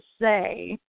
say